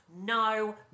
No